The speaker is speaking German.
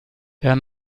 der